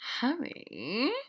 Harry